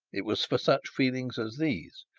it was for such feelings as these,